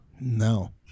No